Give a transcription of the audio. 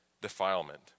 defilement